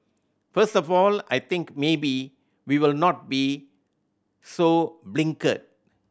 first of all I think maybe we will not be so blinkered